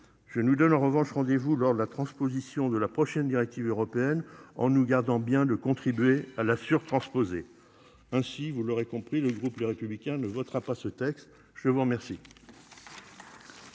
je nous donne en revanche rendez-vous lors de la transposition de la prochaine directive européenne en nous gardant bien de contribuer à la surtransposer. Ainsi, vous l'aurez compris, le groupe Les Républicains ne votera pas ce texte. Je vous remercie.